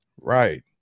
Right